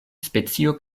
specio